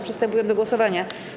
Przystępujemy do głosowania.